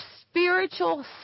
spiritual